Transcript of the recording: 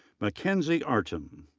mackenzie artim.